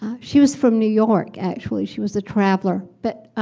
she was from new york, actually. she was a traveler. but